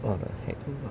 what the heck